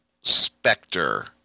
specter